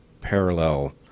parallel